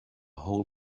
whole